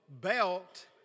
belt